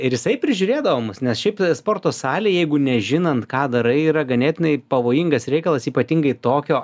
ir jisai prižiūrėdavo mus nes šiaip sporto salė jeigu nežinant ką darai yra ganėtinai pavojingas reikalas ypatingai tokio